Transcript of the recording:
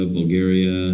Bulgaria